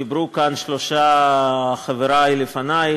דיברו כאן שלושה חברי לפני,